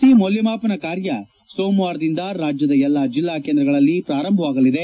C ಮೌಲ್ಚಮಾಪನ ಕಾರ್ಯವು ಸೋಮವಾರದಿಂದ ರಾಜ್ಯದ ಎಲ್ಲ ಜಿಲ್ಲಾ ಕೇಂದ್ರಗಳಲ್ಲಿ ಪ್ರಾರಂಭವಾಗಲಿದೆ